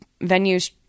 venues